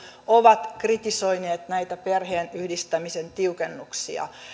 ovat kritisoineet näitä perheenyhdistämisen tiukennuksia